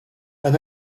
then